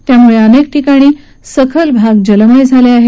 त्यामुळे अनेक ठिकाणी सखल भाग जलमय झाले आहेत